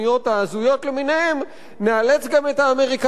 נאלץ גם את האמריקנים להיות מעורבים במלחמה הזאת.